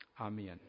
amen